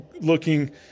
looking